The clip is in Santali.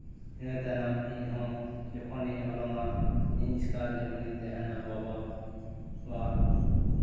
ᱤᱱᱟᱹ ᱛᱟᱭᱱᱚᱢ ᱤᱧ ᱦᱚᱸ ᱡᱚᱠᱷᱚᱱᱤᱧ ᱚᱨᱚᱝᱼᱟ ᱤᱧ ᱮᱥᱠᱟᱨ ᱡᱚᱠᱷᱚᱱᱤᱧ ᱛᱟᱦᱮᱱᱟ ᱵᱟᱵᱟᱣᱟᱜ